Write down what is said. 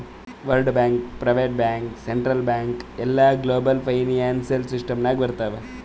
world bank, private bank, central bank ಎಲ್ಲಾ global financial system ನಾಗ್ ಬರ್ತಾವ್